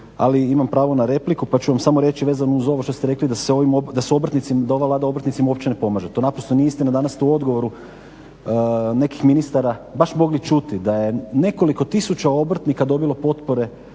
ali imam pravo na repliku pa ću vam samo reći vezano uz ovo što ste rekli da su obrtnici, da ova Vlada obrtnicima uopće ne pomaže. To naprosto nije istina, danas smo to u odgovoru nekih ministara baš mogli čuti da je nekoliko tisuća obrtnika dobilo potpore